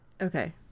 okay